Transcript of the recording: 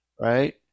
right